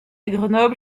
grenoble